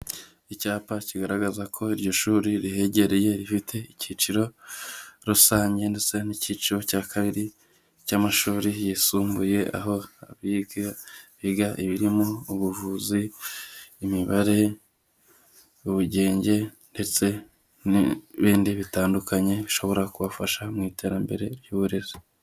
Icyapa kigaragaza ko iryo shuri rihegereye rifite icyiciro, rusange, ndetse n'icyiciro cya kabiri, cy'amashuri yisumbuye. Aho abiga biga ibirimo ubuvuzi, imibare, ubugenge, ndetse n'ibindi bitandukanye, bishobora kubafasha mu iterambere ry'uburezi.